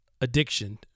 addiction